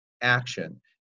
action